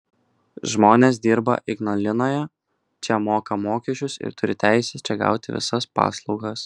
žmonės dirba ignalinoje čia moka mokesčius ir turi teisę čia gauti visas paslaugas